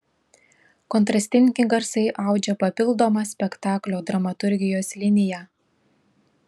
kontrastingi garsai audžia papildomą spektaklio dramaturgijos liniją